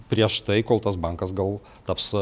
prieš tai kol tas bankas gal taps